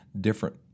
different